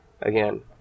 again